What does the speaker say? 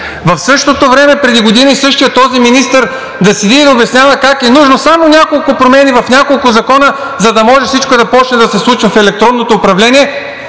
В същото време преди година същият този министър да седи и да обяснява как е нужно само няколко промени в няколко закона, за да може всичко да започне да се случва в електронното управление,